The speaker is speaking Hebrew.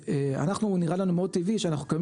שאנחנו נראה לנו מאוד טבעי שאנחנו קמים